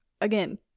again